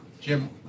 Jim